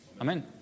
Amen